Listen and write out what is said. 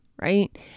Right